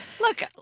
look